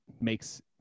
makes